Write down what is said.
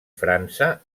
frança